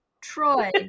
Troy